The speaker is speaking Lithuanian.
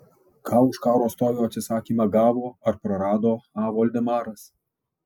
ką už karo stovio atsisakymą gavo ar prarado a voldemaras